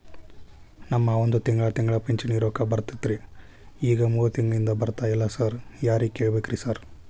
ನಮ್ ಮಾವಂದು ತಿಂಗಳಾ ತಿಂಗಳಾ ಪಿಂಚಿಣಿ ರೊಕ್ಕ ಬರ್ತಿತ್ರಿ ಈಗ ಮೂರ್ ತಿಂಗ್ಳನಿಂದ ಬರ್ತಾ ಇಲ್ಲ ಸಾರ್ ಯಾರಿಗ್ ಕೇಳ್ಬೇಕ್ರಿ ಸಾರ್?